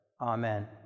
Amen